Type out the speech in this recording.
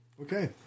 Okay